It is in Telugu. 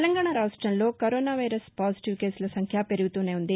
తెలంగాణ రాష్టంలో కరోనా వైరస్ పాజిటివ్ కేసుల సంఖ్య పెరుగుతూనే ఉన్నాయి